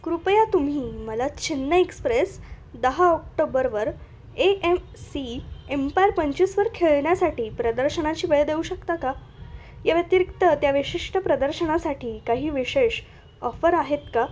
कृपया तुम्ही मला चेन्नई एक्स्प्रेस दहा ऑक्टोबरवर ए एम सी एम्पायर पंचवीसवर खेळण्यासाठी प्रदर्शनाची वेळ देऊ शकता का या व्यतिरिक्त त्या विशिष्ट प्रदर्शनासाठी काही विशेष ऑफर आहेत का